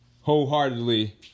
wholeheartedly